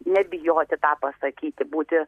nebijoti tą pasakyti būti